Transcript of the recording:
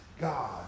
God